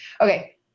Okay